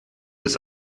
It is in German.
des